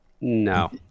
No